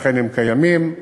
שאכן קיימים.